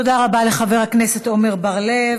תודה רבה לחבר הכנסת עמר בר-לב.